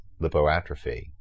lipoatrophy